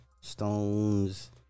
stones